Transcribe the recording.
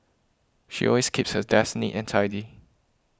she always keeps her desk neat and tidy